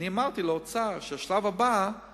אמרתי לאוצר שהשלב הבא הוא